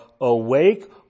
awake